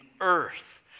earth